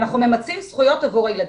ואנחנו ממצים זכויות עבור הילדים.